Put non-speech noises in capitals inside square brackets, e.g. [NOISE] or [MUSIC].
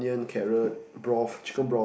[BREATH]